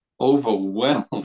overwhelmed